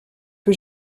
que